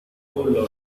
lovely